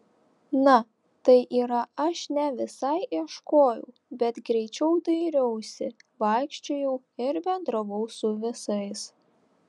na tai yra aš ne visai ieškojau bet greičiau dairiausi vaikščiojau ir bendravau su visais